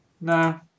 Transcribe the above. No